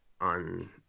on